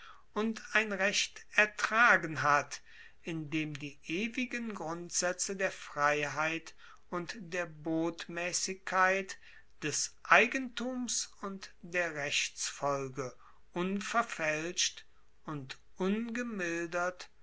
und ein recht ertragen hat in dem die ewigen grundsaetze der freiheit und der botmaessigkeit des eigentums und der rechtsfolge unverfaelscht und